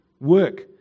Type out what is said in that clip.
work